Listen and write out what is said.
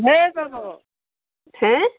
ঢেৰ পাব হে